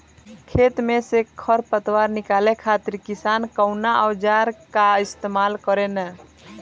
खेत में से खर पतवार निकाले खातिर किसान कउना औजार क इस्तेमाल करे न?